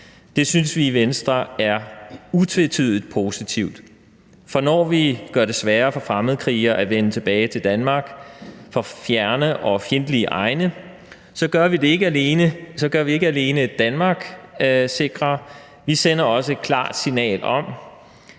Det synes vi i Venstre er utvetydigt positivt. For når vi gør det sværere for fremmedkrigere at vende tilbage til Danmark fra fjerne og fjendtlige egne, gør vi ikke alene Danmark sikrere; vi sender også et klart signal om,